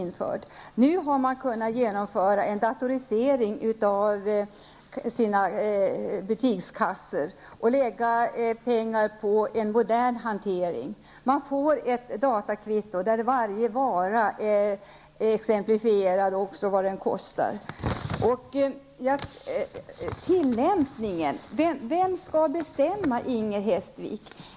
Nu har en datorisering kunnat genomföras av butikskassorna, och pengarna har lagts på en modern hantering. Konsumenterna får ett datakvitto där det står vilka varor som är köpta och vad de kostar. Hestvik vem som skall bestämma.